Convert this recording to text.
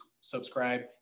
subscribe